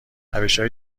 روشهای